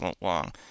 long